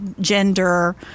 gender